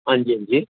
हां जी हां जी बोलो